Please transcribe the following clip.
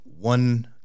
one